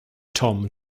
tom